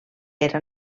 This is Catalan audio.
era